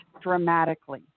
dramatically